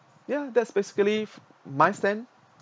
yeah that's basically my friend